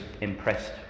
impressed